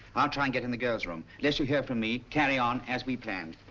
i'll try and get in the girl's room. unless you hear from me carry on as we planned.